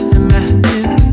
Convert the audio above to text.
imagine